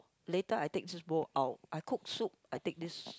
later I take this bowl out I cook soup I take this